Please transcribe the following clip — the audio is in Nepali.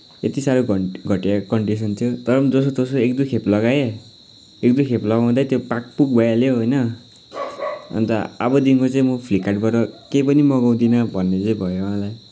यति साह्रो घट घटिया कन्डिसन थियो तर पनि जसोतसो एक दुईखेप लगाएँ एक दुईखेप लगाउँदै त्यो पाकपुक भइहाल्यो होइन अन्त अबदेखिको चाहिँ म फ्लिपकार्टबाट केही पनि मगाउँदिनँ भन्ने चाहिँ भयो मलाई